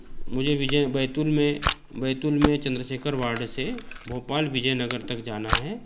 मुझे विजय बैतूल में बैतूल में चंद्रशेखर वाड़े से भोपाल विजय नगर तक जाना है